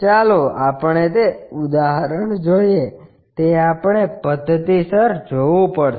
ચાલો આપણે તે ઉદાહરણ જોઈએ તે આપણે પધ્ધતિસર જોવું પડશે